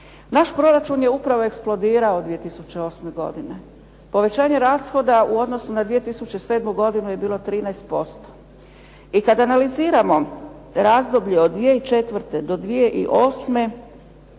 Naš proračun je upravo eksplodirao 2008. godine, povećanje rashoda u odnosu na 2007. godinu je bilo 13%, i kada analiziramo razdoblje od 2004. do 2008. rast